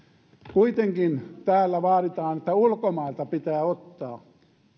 kuitenkin täällä vaaditaan että ulkomailta pitää ottaa